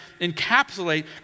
encapsulate